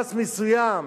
במתרס מסוים,